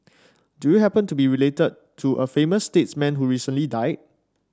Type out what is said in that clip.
do you happen to be related to a famous statesman who recently died